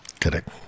correct